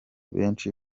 benshi